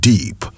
Deep